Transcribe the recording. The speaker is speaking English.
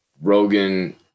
Rogan